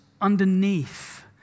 underneath